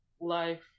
life